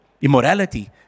immorality